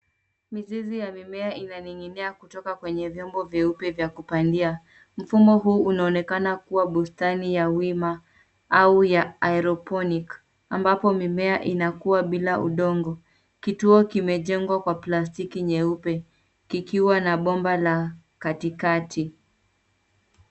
Mizizi ya mimea inaning'nia kutoka kwenye vyombo vyeupe vya kupandia. Mfumo huu unaonekana kuwa bustani ya wima au ya aeroponic ambapo mimea inakua bila udongo. Kituo kimejengwa kwa plastiki nyeupe kikiwa na bomba la katikati.